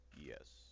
Yes